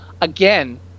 Again